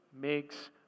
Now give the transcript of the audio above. makes